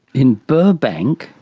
in burbank?